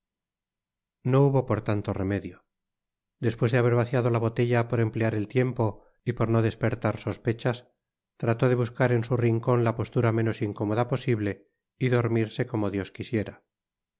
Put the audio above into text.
no hubo por tanto remedio despues de haber vaciado la botella por emplear el tiempo y por no dispertar sospechas trató de buscar en su rincon la postura menos incómoda posible y dormirse como dios quisiera